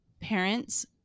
parents